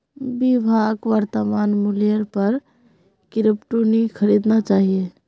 विभाक वर्तमान मूल्येर पर क्रिप्टो नी खरीदना चाहिए